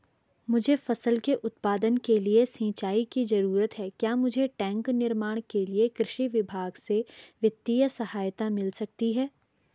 मुझे फसल के उत्पादन के लिए सिंचाई की जरूरत है क्या मुझे टैंक निर्माण के लिए कृषि विभाग से वित्तीय सहायता मिल सकती है?